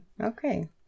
Okay